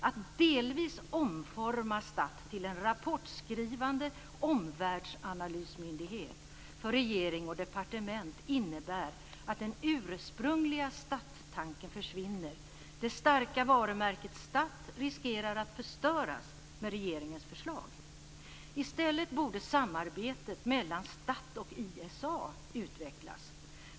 Att delvis omforma STATT till en rapportskrivande omvärldsanalysmyndighet för regering och departement innebär att den ursprungliga STATT tanken försvinner. Det starka varumärket STATT riskerar att förstöras med regeringens förslag. I stället borde samarbetet mellan STATT och ISA utvecklas.